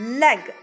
leg